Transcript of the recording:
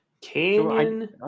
canyon